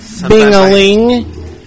Bing-a-ling